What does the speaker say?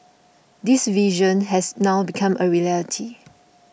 this vision has now become a reality